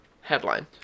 headline